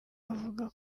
avuga